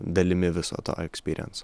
dalimi viso to ekspyrienso